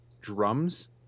drums